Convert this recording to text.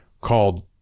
called